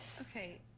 okay,